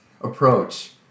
approach